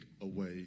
away